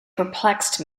perplexed